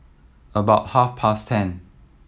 about half past ten